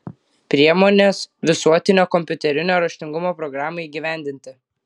priemonės visuotinio kompiuterinio raštingumo programai įgyvendinti